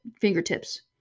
fingertips